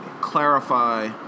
clarify